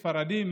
ספרדים,